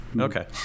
okay